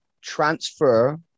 transfer